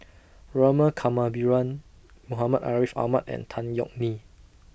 Rama Kannabiran Muhammad Ariff Ahmad and Tan Yeok Nee